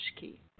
key